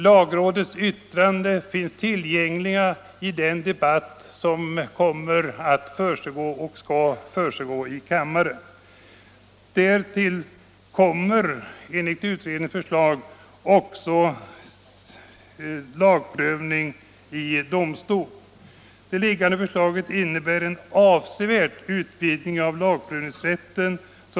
Lagrådets yttrande skall finnas tillgängligt vid den debatt som skall försiggå i kammaren. Därtill kommer enligt utredningens förslag också lagprövning i domstol. Det föreliggande förslaget innebär en avsevärd utvidgning av lagprövningsrätten.